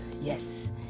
Yes